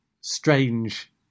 strange